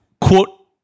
Quote